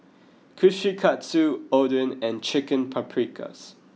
Kushikatsu Oden and Chicken Paprikas